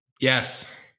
Yes